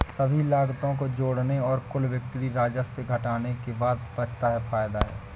सभी लागतों को जोड़ने और कुल बिक्री राजस्व से घटाने के बाद बचता है फायदा है